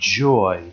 joy